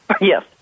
Yes